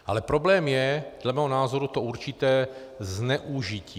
Ale problém je dle mého názoru to určité zneužití.